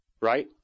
right